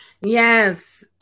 Yes